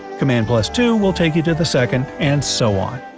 command plus two will take you to the second, and so on.